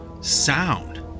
sound